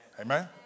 Amen